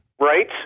right